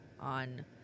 on